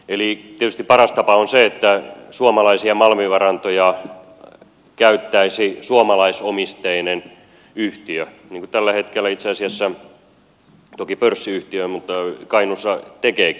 eli tietysti paras tapa on se että suomalaisia malmivarantoja käyttäisi suomalaisomisteinen yhtiö niin kun tällä hetkellä itse asiassa toki pörssiyhtiö kainuussa tekeekin